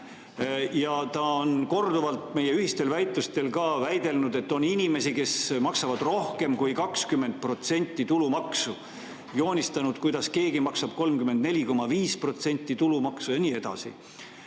Ta on korduvalt meie ühistel väitlustel väitnud, et on inimesi, kes maksavad rohkem kui 20% tulumaksu, joonistanud, kuidas keegi maksab 34,5% tulumaksu, ja nii edasi.